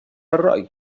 الرأي